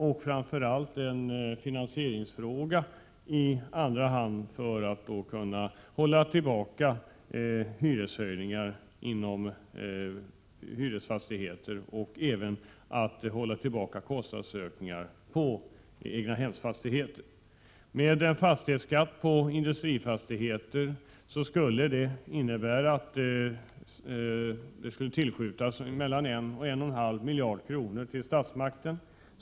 I andra hand är det en finansieringsfråga för att kunna hålla tillbaka hyreshöjningarna i hyresfastigheter och även för att kunna hålla tillbaka kostnadsökningar på egnahemsfastigheter. En fastighetsskatt på industrifastigheter skulle innebära ett tillskott på en till en och en halv miljard kronor till statsmakten.